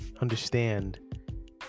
understand